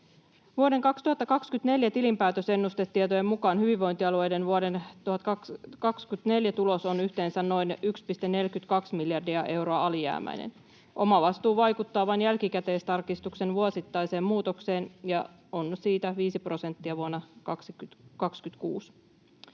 Vuoden 2024 tilinpäätösennustetietojen mukaan hyvinvointialueiden vuoden 2024 tulos on yhteensä noin 1,42 miljardia euroa alijäämäinen. Omavastuu vaikuttaa vain jälkikäteistarkistuksen vuosittaiseen muutokseen ja on siitä viisi prosenttia vuonna 2026.